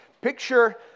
Picture